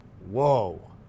whoa